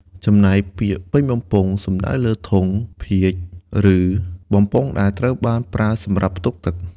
ចំណែកពាក្យ ពេញបំពង់ សំដៅលើធុង ភាជន៍ ឬបំពង់ដែលត្រូវបានប្រើសម្រាប់ផ្ទុកទឹក។